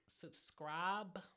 subscribe